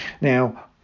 now